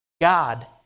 God